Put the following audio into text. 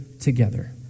together